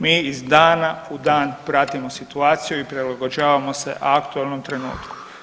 Mi iz dana u dan pratimo situaciju i prilagođavamo se aktualnom trenutku.